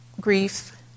grief